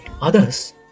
Others